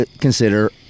consider